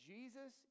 Jesus